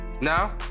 Now